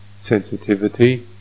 sensitivity